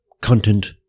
content